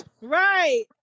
right